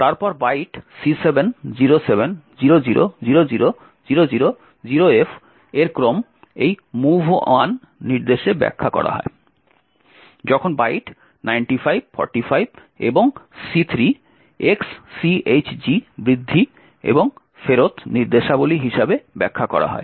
তারপর byte C7 07 00 00 00 0F এর ক্রম এই movl নির্দেশে ব্যাখ্যা করা হয় যখন বাইট 95 45 এবং C3 XCHG বৃদ্ধি এবং ফেরত নির্দেশাবলী হিসাবে ব্যাখ্যা করা হয়